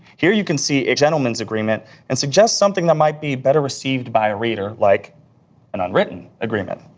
here you can see a gentleman's agreement and suggest something that might be better received by a reader, like an unwritten agreement.